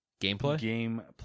gameplay